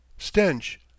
stench